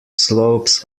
slopes